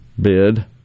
bid